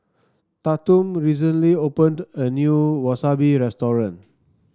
Tatum recently opened a new Wasabi restaurant